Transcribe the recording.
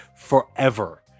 forever